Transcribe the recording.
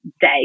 day